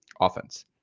offense